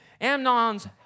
Amnon's